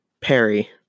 Perry